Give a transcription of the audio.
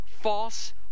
false